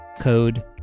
code